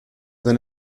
than